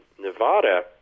Nevada